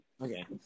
Okay